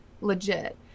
legit